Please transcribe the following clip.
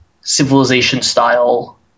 civilization-style